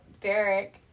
Derek